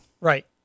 Right